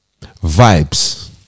vibes